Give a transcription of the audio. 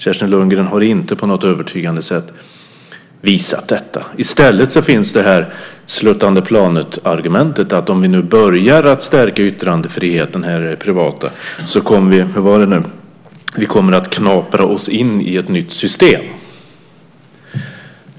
Kerstin Lundgren har inte på något övertygande sätt visat detta. I stället finns det på det här sluttande planet argumentet att om vi nu börjar stärka yttrandefriheten för det privata kommer vi att knapra oss in i ett nytt system.